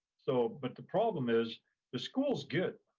so but the problem is the schools get